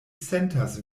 sentas